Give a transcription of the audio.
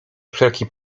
wszelki